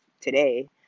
today